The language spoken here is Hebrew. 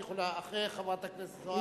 את יכולה אחרי חברת הכנסת זוארץ.